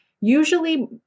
usually